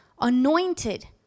anointed